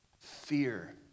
fear